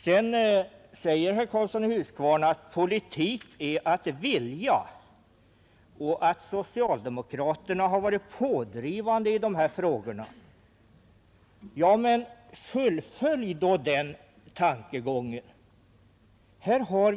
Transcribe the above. Sedan säger herr Karlsson i Huskvarna att politik är att vilja och att socialdemokraterna har varit pådrivande i dessa frågor. Ja, men fullfölj då den tankegången!